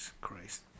Christ